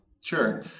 Sure